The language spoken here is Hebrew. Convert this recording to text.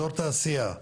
אזור תעשייה,